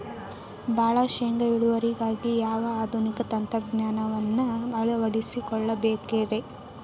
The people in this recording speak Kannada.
ಭಾಳ ಶೇಂಗಾ ಇಳುವರಿಗಾಗಿ ಯಾವ ಆಧುನಿಕ ತಂತ್ರಜ್ಞಾನವನ್ನ ಅಳವಡಿಸಿಕೊಳ್ಳಬೇಕರೇ?